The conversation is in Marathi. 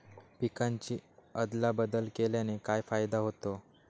पिकांची अदला बदल केल्याने काय फायदा होतो?